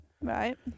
Right